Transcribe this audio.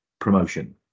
promotion